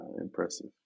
impressive